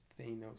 Thanos